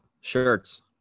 shirts